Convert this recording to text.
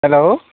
hello